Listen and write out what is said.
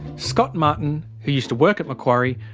scott martin, who used to work at macquarie,